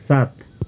सात